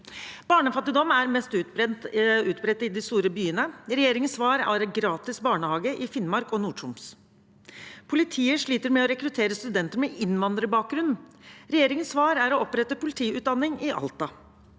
Barnefattigdom er mest utbredt i de store byene. Regjeringens svar er gratis barnehage i Finnmark og NordTroms. Politiet sliter med å rekruttere studenter med innvandrerbakgrunn. Regjeringens svar er å opprette politiutdanning i Alta.